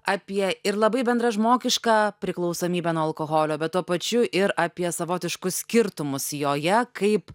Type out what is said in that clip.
apie ir labai bendražmogišką priklausomybę nuo alkoholio bet tuo pačiu ir apie savotiškus skirtumus joje kaip